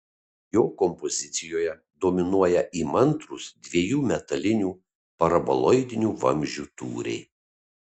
jo kompozicijoje dominuoja įmantrūs dviejų metalinių paraboloidinių vamzdžių tūriai